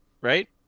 right